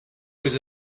was